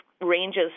ranges